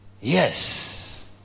Yes